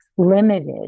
Limited